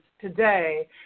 today